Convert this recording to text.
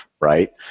right